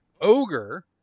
Ogre